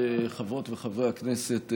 חברות וחברי הכנסת,